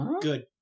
Good